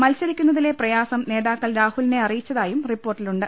മത്സരിക്കുന്നതിലെ പ്രയാസം നേതാക്കൾ രാഹുലിനെ അറിയിച്ചതായും റിപ്പോർട്ടു ണ്ട്